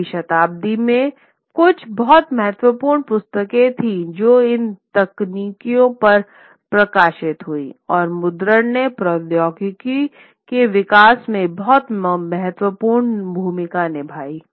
16 वीं शताब्दी में कुछ बहुत महत्वपूर्ण पुस्तकें थीं जो इन तकनीकों पर प्रकाशित हुईं और मुद्रण ने प्रौद्योगिकियों के विकास में बहुत महत्वपूर्ण भूमिका निभाई